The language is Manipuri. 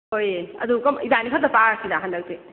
ꯍꯣꯏꯌꯦ ꯑꯗꯨ ꯏꯕꯥꯅꯤ ꯈꯛꯇ ꯇꯥꯔꯁꯤꯔ ꯍꯟꯗꯛꯇꯤ